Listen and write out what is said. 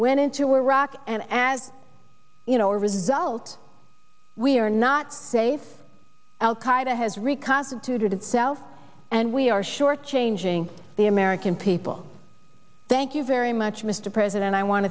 went into iraq and as you know result we are not safe al qaeda has reconstituted itself and we are shortchanging the american people thank you very much mr president i want